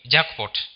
Jackpot